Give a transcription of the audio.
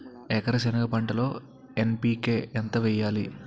ఎకర సెనగ పంటలో ఎన్.పి.కె ఎంత వేయాలి?